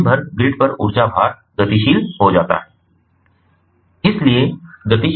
और दिन भर ग्रिड पर ऊर्जा भार गतिशील हो जाता है